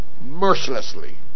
mercilessly